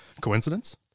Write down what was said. Coincidence